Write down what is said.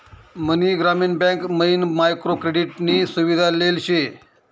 मनी ग्रामीण बँक मयीन micro credit नी सुविधा लेल शे